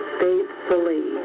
faithfully